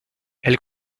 elle